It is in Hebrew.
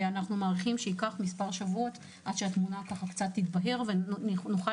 ואנחנו מעריכים שייקח מספר שבועות עד שהתמונה תתבהר ונוכל